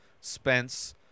Spence